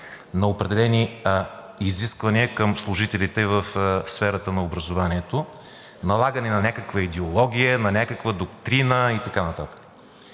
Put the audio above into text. на определени изисквания към служителите в сферата на образованието, налагане на някаква идеология, на някаква доктрина и така